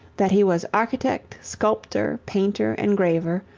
that he was architect, sculptor, painter, engraver,